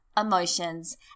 emotions